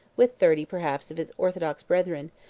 with thirty perhaps of his orthodox brethren,